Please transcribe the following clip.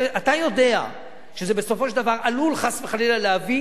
אתה יודע שזה בסופו של דבר עלול, חס וחלילה, להביא